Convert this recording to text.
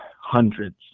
hundreds